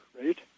right